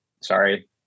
sorry